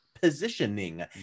positioning